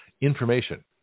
information